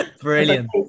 Brilliant